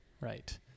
right